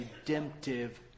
redemptive